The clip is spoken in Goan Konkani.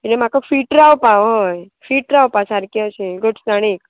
आनी म्हाका फीट रावपा हय फीट रावपा सारकें अशें घटसाणीक